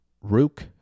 Rook